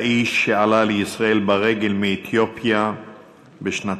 האיש שעלה לישראל ברגל מאתיופיה בשנת